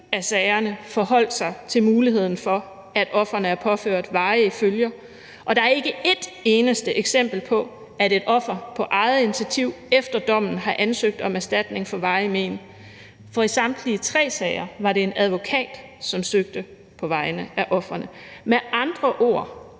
af sagerne forholdt sig til muligheden for, at ofrene er påført varige men, og der er ikke et eneste eksempel på, at et offer på eget initiativ efter dommen har ansøgt om erstatning for varige men, for i samtlige tre sager var det en advokat, som søgte på vegne af ofrene. Med andre ord: